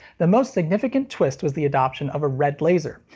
the most significant twist was the adoption of a red laser.